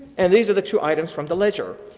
and these are the two items from the ledger.